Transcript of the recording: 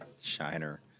Shiner